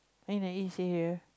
in the east area